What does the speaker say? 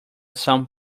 some